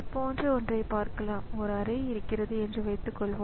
எனது கணினியில் பலவிதமான ஆடியோ டிவைஸ்கள் இருப்பதாக வைத்துக்காெள்வோம்